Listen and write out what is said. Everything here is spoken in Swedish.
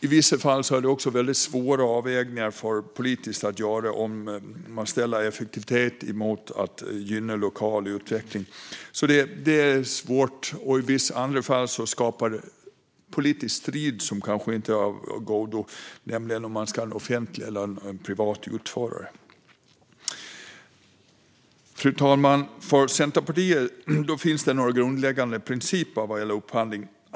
I vissa fall är det också väldigt svåra avvägningar att göra politiskt om man ställer effektivitet mot att gynna lokal utveckling. Det är alltså svårt. I vissa andra fall skapar det politisk strid som kanske inte är av godo, nämligen om man ska ha en offentlig eller privat utförare. Fru talman! För Centerpartiet finns det några grundläggande principer vad gäller upphandling.